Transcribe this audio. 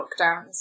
lockdowns